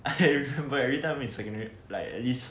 I remember every time in secondary like this